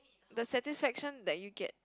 the satisfaction that you get